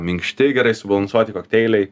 minkšti gerai subalansuoti kokteiliai